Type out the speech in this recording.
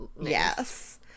Yes